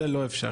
זה לא אפשרי.